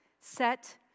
set